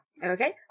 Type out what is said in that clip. Okay